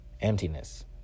Emptiness